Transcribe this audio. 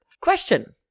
question